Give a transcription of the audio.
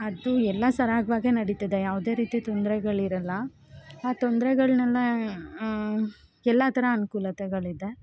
ಅದು ಎಲ್ಲ ಸರಾಗವಾಗೆ ನಡಿತದೆ ಯಾವುದೇ ರೀತಿ ತೊಂದರೆಗಳಿರಲ್ಲ ಆ ತೊಂದರೆಗಳ್ನೆಲ್ಲ ಎಲ್ಲ ಥರ ಅನುಕೂಲತೆಗಳಿದೆ